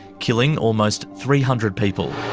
killing almost three hundred people.